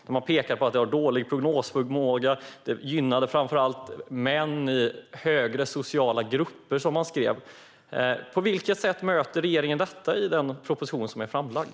De pekade på att det har dålig prognosförmåga och framför allt gynnade män i högre sociala grupper, som de skrev. På vilket sätt möter regeringen det i den proposition som är framlagd?